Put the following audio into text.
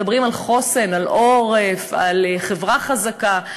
מדברים על חוסן, על עורף, על חברה חזקה,